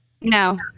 No